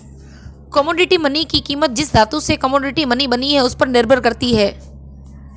commodity money की कीमत जिस धातु से कोमोडिटी मनी बनी है उस पर निर्भर करती है